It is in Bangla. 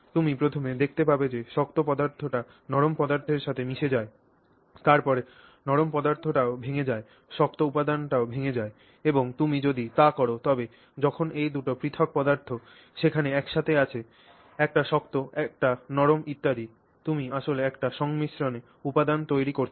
তুমি প্রথমে দেখতে পাবে যে শক্ত পদার্থটি নরম পদার্থের সাথে মিশে যায় তারপরে নরম পদার্থটিও ভেঙে যায় শক্ত উপাদানটিও ভেঙে যায় এবং তুমি যদি তা কর তবে যখন এই দুটি পৃথক পদার্থ সেখানে এক সাথে আছে একটি শক্ত এবং একটি নরম ইত্যাদি তুমি আসলে একটি সংমিশ্রণ উপাদান তৈরি করছ